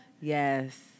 Yes